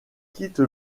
quitte